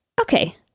okay